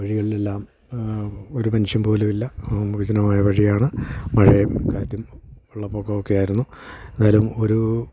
വഴികളിലെല്ലാം ഒരു മനുഷ്യൻ പോലും ഇല്ല വിജനമായ വഴിയാണ് മഴയും കാറ്റും വെള്ളപ്പൊക്കം ഒക്കെയായിരുന്നു എന്നാലും ഒരു